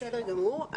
בסדר גמור.